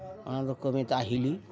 ᱚᱱᱟ ᱫᱚᱠᱚ ᱢᱮᱛᱟᱜᱼᱟ ᱦᱤᱞᱤ